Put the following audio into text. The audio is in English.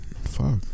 Fuck